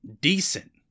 decent